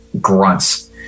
grunts